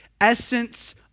essence